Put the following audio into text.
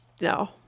No